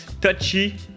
touchy